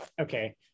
okay